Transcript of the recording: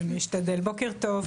אני אשתדל, בוקר טוב,